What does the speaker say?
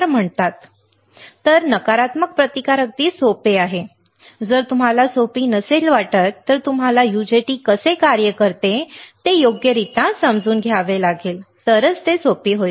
तर नकारात्मक प्रतिकार सोपे का म्हटले जाते जर तुमचे उत्तर सोपे नसेल तर तुम्हाला UJT कसे कार्य करते ते योग्यरित्या समजून घ्यावे लागेल तर ते सोपे होईल